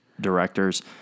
directors